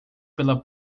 pela